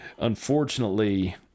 Unfortunately